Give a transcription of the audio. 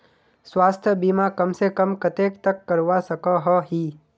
स्वास्थ्य बीमा कम से कम कतेक तक करवा सकोहो ही?